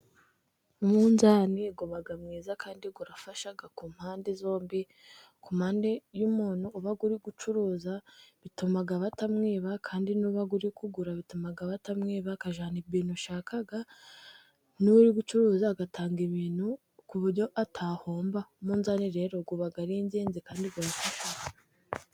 Umunzani uba mwiza kandi urafasha ku mpande zombi, ku mpande y'umuntu ubaga ari gucuruza bituma batamwiba, kandi n'uba ari kugura bituma batamwiba, akajyana ibintu yashakaga n'uri gucuruza agatanga ibintu ku buryo atahomba, umunzani rero uba arigenzi kandi urabifasha.